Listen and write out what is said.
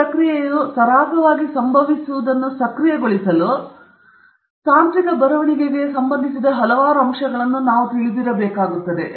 ಈ ಪ್ರಕ್ರಿಯೆಯು ಸರಾಗವಾಗಿ ಸಂಭವಿಸುವಿಕೆಯನ್ನು ಸಕ್ರಿಯಗೊಳಿಸಲು ತಾಂತ್ರಿಕ ಬರವಣಿಗೆಗೆ ಸಂಬಂಧಿಸಿದ ಹಲವಾರು ಅಂಶಗಳನ್ನು ನಾವು ಚೆನ್ನಾಗಿ ತಿಳಿದಿರಬೇಕಾಗುತ್ತದೆ